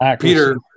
Peter